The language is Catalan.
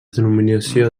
denominació